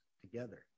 together